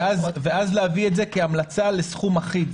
לאחר מכן להביא את זה כהמלצה לסכום אחיד.